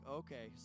okay